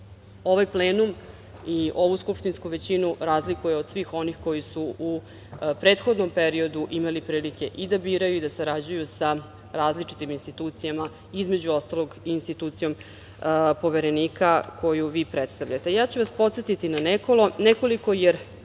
ovaj plenum i ovu skupštinsku većinu razlikuje od svih onih koji su u prethodnom periodu imali prilike da biraju, da sarađuju sa različitim institucijama, između ostalog i institucijom Poverenika koju vi predstavljate. Ja ću vas podsetiti na nekoliko, jer